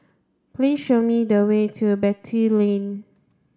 please show me the way to Beatty Lane